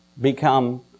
become